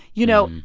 you know,